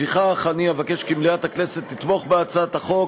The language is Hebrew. לפיכך, אני אבקש כי מליאת הכנסת תתמוך בהצעת החוק